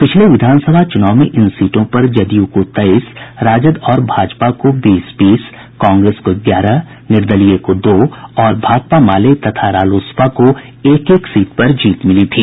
पिछले विधानसभा चुनाव में इन सीटों पर जदूय को तेईस राजद और भाजपा को बीस बीस कांग्रेस को ग्यारह निर्दलीय को दो और भाकपा माले तथा रालोसपा को एक एक सीट पर जीत मिली थी